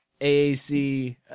AAC